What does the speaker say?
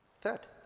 Third